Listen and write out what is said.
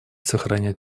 сохранять